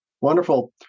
Wonderful